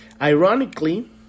Ironically